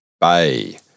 Bay